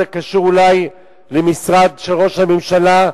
זה קשור אולי למשרד של ראש הממשלה,